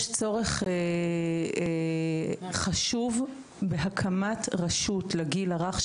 יש צורך חשוב בהקמת רשות לגיל הרך,